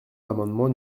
l’amendement